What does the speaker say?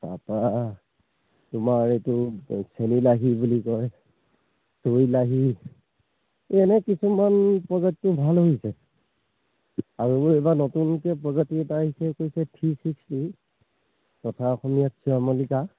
তাৰপা তোমাৰ এইটো চেনিলাহী বুলি কয় চৈলাহী এনে কিছুমান প্ৰজাতিটো ভাল হৈছে আৰু এইবোৰ এইবাৰ নতুনকৈ প্ৰজাতি এটা আহিছে কৈছে থ্ৰী ছিক্সটি তথা অসমীয়াত শ্যামলিকা